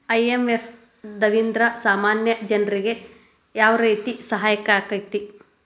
IMF ದವ್ರಿಂದಾ ಸಾಮಾನ್ಯ ಜನ್ರಿಗೆ ಯಾವ್ರೇತಿ ಸಹಾಯಾಕ್ಕತಿ?